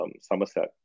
Somerset